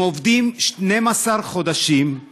הם עובדים 12 חודשים,